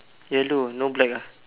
yellow no black ah